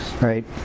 right